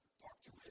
talk to